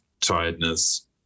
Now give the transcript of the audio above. tiredness